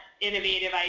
Innovative